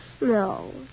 No